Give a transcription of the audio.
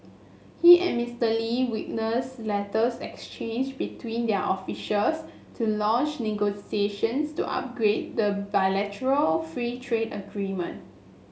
he and Mister Lee witnessed letters exchanged between their officials to launch negotiations to upgrade the bilateral free trade agreement